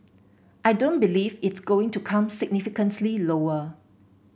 I don't believe it's going to come significantly lower